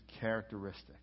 characteristic